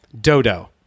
Dodo